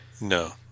No